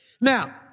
Now